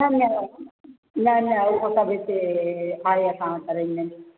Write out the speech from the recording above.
न न न न उहो सभु हिते आहे असां वटि करे ॾींदा आहियूं